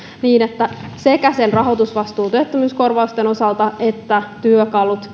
että sekä rahoitusvastuu työttömyyskorvausten osalta että työkalut